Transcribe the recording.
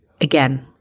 again